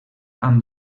amb